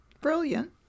Brilliant